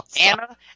Anna